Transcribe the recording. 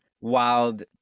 wild